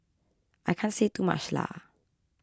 I can't say too much Lah